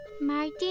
Martin